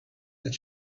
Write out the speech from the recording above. that